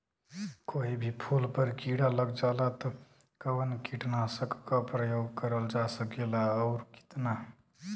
कोई भी फूल पर कीड़ा लग जाला त कवन कीटनाशक क प्रयोग करल जा सकेला और कितना?